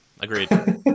agreed